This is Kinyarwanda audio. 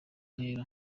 ntera